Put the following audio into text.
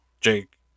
Jake